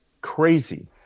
crazy